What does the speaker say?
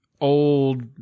old